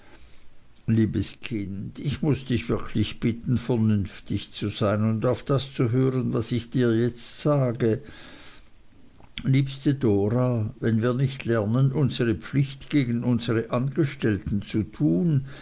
liebes kind ich muß dich wirklich bitten vernünftig zu sein und auf das zu hören was ich dir jetzt sage liebste dora wenn wir nicht lernen unsere pflicht gegen unsere angestellten zu tun